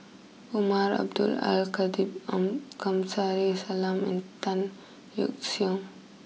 Umar Abdullah Al Khatib Kamsari Salam and Tan Yeok Seong